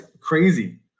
crazy